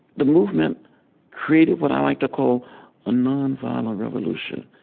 the movement created what i like to call a nonviolent revolution.